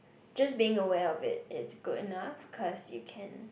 just being aware of it it's good enough cause you can